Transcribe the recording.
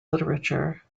literature